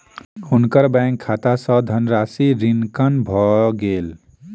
हुनकर बैंक खाता सॅ धनराशि ऋणांकन भ गेल